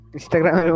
Instagram